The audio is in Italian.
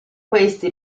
questi